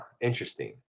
Interesting